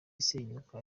isenyuka